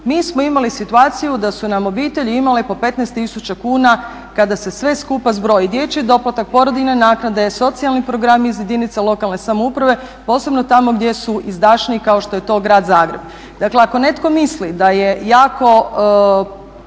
Mi smo imali situaciju da su nam obitelji imale po 15.000 kuna kada se sve skupa zbroji dječji doplatak, porodiljne naknade, socijalni programi iz jedinice lokalne samouprave, posebno tamo gdje su izdašniji kao što je to grad Zagreb. Dakle ako netko misli da je jako